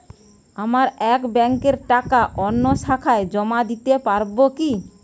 আমার এক ব্যাঙ্কের টাকা অন্য শাখায় জমা দিতে পারব কি?